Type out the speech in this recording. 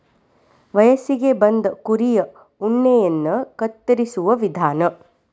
ವಯಸ್ಸಿಗೆ ಬಂದ ಕುರಿಯ ಉಣ್ಣೆಯನ್ನ ಕತ್ತರಿಸುವ ವಿಧಾನ